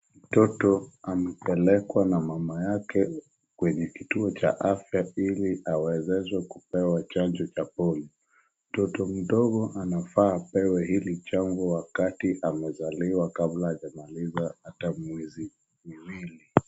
Mtoto amepelekwa na mama yake kwenye kituo cha afya ili awezeshwe kupewa chanjo cha polio. Mtoto mdogo anafaa apewe hili chanjo wakati amezaliwa kabla hajamaliza hata mwezi miwili.